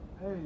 Hey